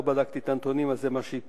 לא בדקתי את הנתונים, אבל זה מה שהתפרסם.